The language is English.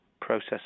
process